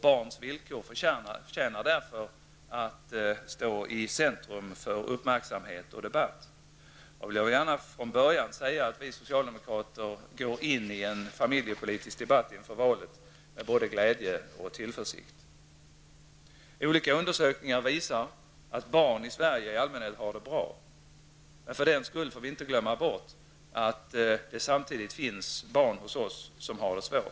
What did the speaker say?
Barns villkor förtjänar därför att stå i centrum för uppmärksamhet och debatt. Jag vill gärna från början säga att vi socialdemokrater går in i en familjepolitisk debatt inför valet med både glädje och tillförsikt. Olika undersökningar visar att barn i Sverige i allmänhet har det bra. Men för den skull får vi inte glömma bort att det samtidigt finns barn hos oss som har det svårt.